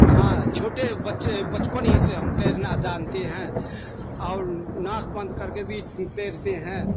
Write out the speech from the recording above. ہاں چھوٹے بچے بچپن ہی سے ہم تیرنا جانتے ہیں اور ناک بند کر کے بھی تیرتے ہیں